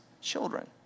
children